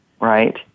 right